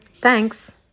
Thanks